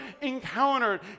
encountered